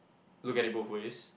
look at it both ways